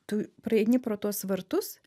tu praeini pro tuos vartus